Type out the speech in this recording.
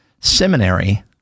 seminary